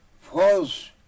false